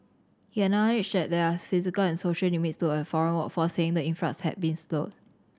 he acknowledged that there are physical and social limits to a foreign workforce saying the influx had been slowed